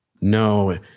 No